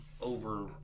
over